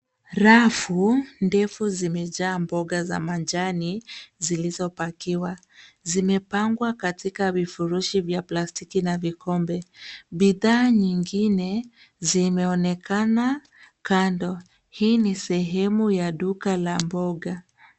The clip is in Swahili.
Rafu ndefu zimejaa mboga za majani zilizopakiwa. Zimepangwa katika vifurushi vya plastiki na vikombe. Bidhaa nyingine zimeonekana kando. Hii ni sehemu ya duka la mboga.